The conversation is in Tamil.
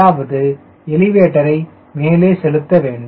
அதாவது எலிவேட்டரை மேலே செலுத்த வேண்டும்